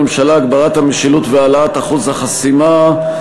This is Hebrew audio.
הממשלה (הגברת המשילות והעלאת אחוז החסימה),